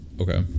Okay